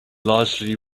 largely